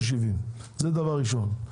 ל-6.70, זה דבר ראשון.